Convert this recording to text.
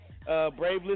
Bravely